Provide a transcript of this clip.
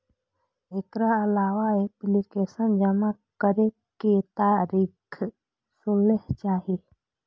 एकर अलावा एप्लीकेशन जमा करै के तारीख सेहो चाही